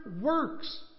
works